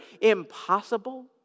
impossible